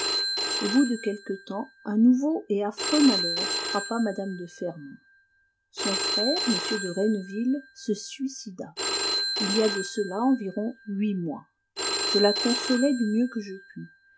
au bout de quelque temps un nouveau et affreux malheur frappa mme de fermont son frère m de renneville se suicida il y a de cela environ huit mois je la consolai du mieux que je pus